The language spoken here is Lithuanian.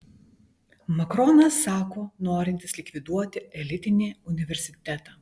makronas sako norintis likviduoti elitinį universitetą